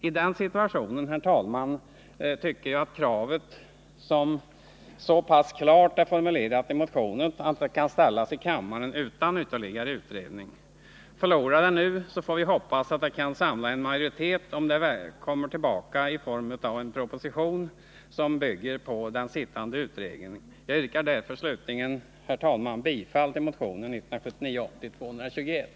I den situationen, herr talman, tycker jag att kravet är så pass klart formulerat i motionen att det kan ställas här i kammaren utan ytterligare utredning. Förlorar det nu så får vi hoppas att det kan samla en majoritet, om det verkligen kommer tillbaka via utredningen och en proposition. Jag yrkar därför slutligen, herr talman, bifall till motionen 1979/80:221.